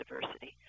diversity